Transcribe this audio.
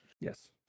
yes